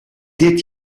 dit